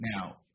Now